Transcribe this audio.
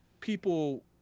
people